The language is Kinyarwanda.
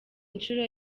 nshuro